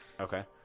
Okay